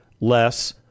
less